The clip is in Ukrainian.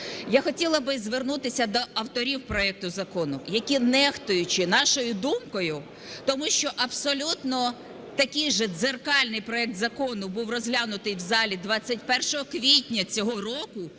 Я хотіла би звернутися до авторів проекту закону, які, нехтуючи нашою думкою, тому що абсолютно такий же дзеркальний проект закону був розглянутий в залі 21 квітня цього року